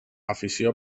afició